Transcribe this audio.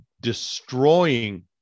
destroying